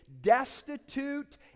destitute